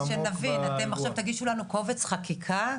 שנבין, עכשיו תגישו לנו קובץ חקיקה?